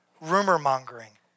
rumor-mongering